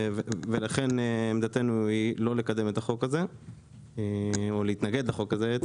לכן עמדתנו היא לא לקדם את הצעת החוק הזאת או להתנגד לה.